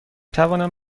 توانم